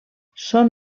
són